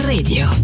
Radio